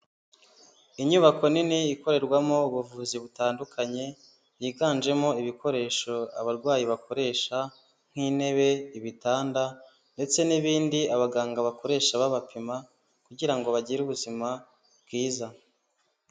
Inyubako nini ikorerwamo ubuvuzi butandukanye Higanjemo ibikoresho abarwayi bakoresha nk'intebe, ibitanda ndetse n'ibindi abaganga bakoresha babapima kugira ngo bagire ubuzima bwiza.